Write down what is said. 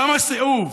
כמה סיאוב.